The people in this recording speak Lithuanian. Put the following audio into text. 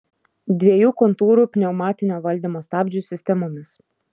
dviejų kontūrų pneumatinio valdymo stabdžių sistemomis